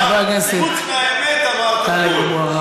חוץ מהאמת אמרת הכול.